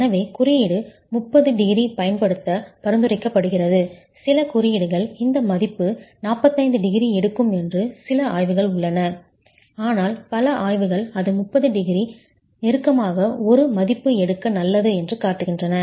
எனவே குறியீடு 30 டிகிரி பயன்படுத்த பரிந்துரைக்கிறது சில குறியீடுகள் இந்த மதிப்பு 45 டிகிரி எடுக்கும் என்று சில ஆய்வுகள் உள்ளன ஆனால் பல ஆய்வுகள் அது 30 டிகிரி நெருக்கமாக ஒரு மதிப்பு எடுக்க நல்லது என்று காட்டுகின்றன